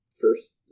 first